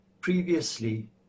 previously